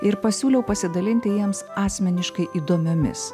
ir pasiūliau pasidalinti jiems asmeniškai įdomiomis